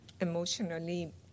emotionally